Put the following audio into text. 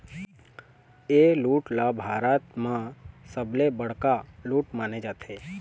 ए लूट ल भारत म सबले बड़का लूट माने जाथे